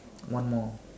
one more